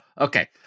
Okay